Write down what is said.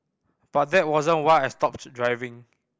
but that wasn't why I stopped driving